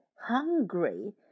hungry